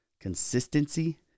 Consistency